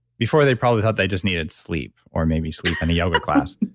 before, they probably thought they just needed sleep or maybe sleep and a yoga class.